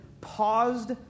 paused